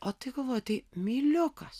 o tai galvoju tai myliukas